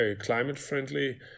climate-friendly